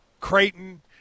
creighton